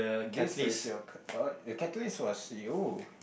this is your c~ card the catalyst was you